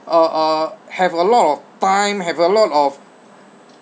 uh uh have a lot of time have a lot of